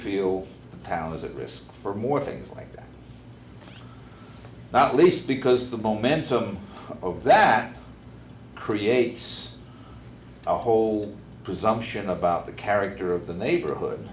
powerless at risk for more things like that not least because the momentum of that creates a whole presumption about the character of the neighborhood